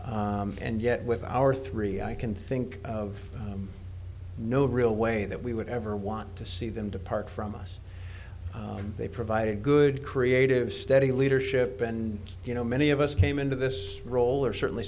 and yet with our three i can think of no real way that we would ever want to see them depart from us they provided good creative steady leadership and you know many of us came into this role or certainly